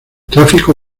tráfico